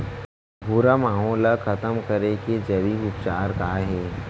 भूरा माहो ला खतम करे के जैविक उपचार का हे?